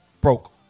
Broke